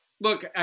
look